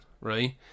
right